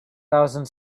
thousand